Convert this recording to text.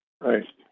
Right